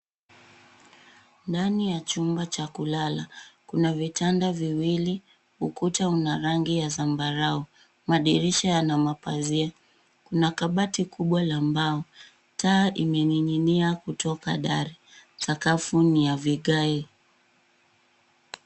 Ndani ya chumba cha kulala, kuna vitanda viwili. Ukuta una rangi ya zambarau. Madirisha yana mapazia. Kuna kabati kubwa la mbao. Taa imening'inia kutoka dari. Sakafu ni ya vigae.